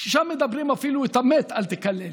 שם אומרים שאפילו את המת אל תקלל,